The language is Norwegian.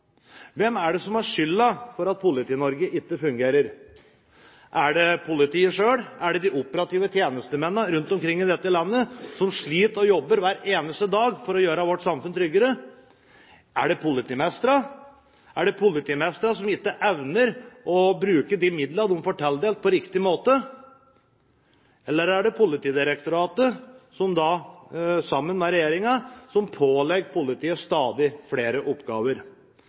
Hvem er det som har skylden for at Politi-Norge ikke fungerer? Er det politiet selv? Er det de operative tjenestemennene rundt omkring i dette landet, som sliter og jobber hver eneste dag for å gjøre vårt samfunn tryggere? Er det politimestrene som ikke evner å bruke de midlene som de får tildelt på riktig måte, eller er det Politidirektoratet som sammen med regjeringen pålegger politiet stadig flere oppgaver?